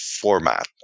format